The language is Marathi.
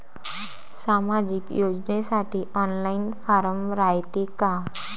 सामाजिक योजनेसाठी ऑनलाईन फारम रायते का?